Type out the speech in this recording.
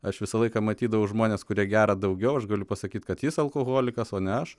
aš visą laiką matydavau žmones kurie geria daugiau aš galiu pasakyti kad jis alkoholikas o ne aš